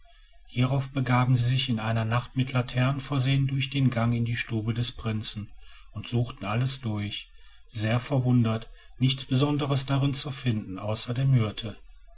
hierauf begaben sie sich in einer nacht mit laternen versehen durch den gang in die stube des prinzen und suchten alles durch sehr verwundert nichts besonderes darin zu finden außer der myrte